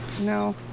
No